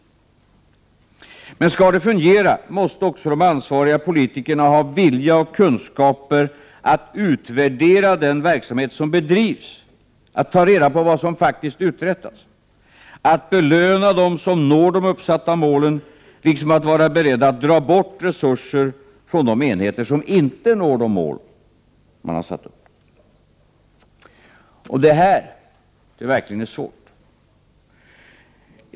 För att detta skall fungera måste också de ansvariga politikerna ha vilja och kunskaper att utvärdera den verksamhet som bedrivs, att ta reda på vad som faktiskt uträttas, att belöna dem som når de uppsatta målen, liksom att vara beredda att dra bort resurser från de enheter som inte når de mål som satts upp. Det här är verkligen svårt.